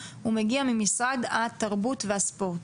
הוא מגיע ממשרד התרבות והספורט.